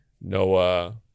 Noah